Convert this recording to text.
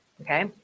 Okay